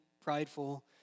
prideful